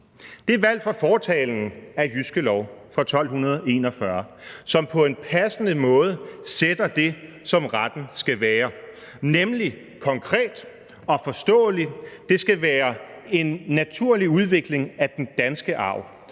De er valgt fra fortalen til Jyske Lov fra 1241, som på en passende måde sætter det, som retten skal være, nemlig konkret og forståelig. Det skal være en naturlig udvikling af den danske arv,